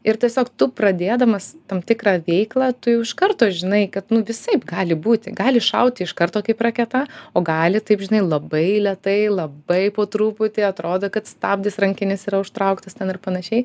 ir tiesiog tu pradėdamas tam tikrą veiklą tu jau iš karto žinai kad nu visaip gali būti gali šauti iš karto kaip raketa o gali taip žinai labai lėtai labai po truputį atrodo kad stabdis rankinis yra užtrauktas ten ir panašiai